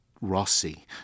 Rossi